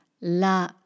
la